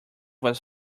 was